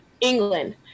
England